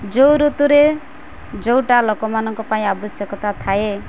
ଯେଉଁ ଋତୁରେ ଯେଉଁଟା ଲୋକମାନଙ୍କ ପାଇଁ ଆବଶ୍ୟକତା ଥାଏ